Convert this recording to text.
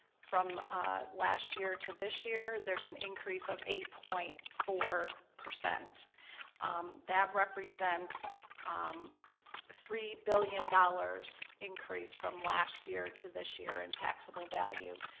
from ah last year to this year, there's an increase of eight point four. that represents three billion dollars increase from last year to this year in taxable value,